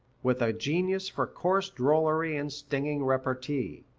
with a genius for coarse drollery and stinging repartee.